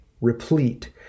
replete